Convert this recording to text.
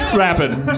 rapping